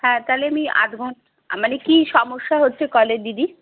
হ্যাঁ তাহলে আমি আধ ঘন্টা মানে কি সমস্যা হচ্ছে কলে দিদি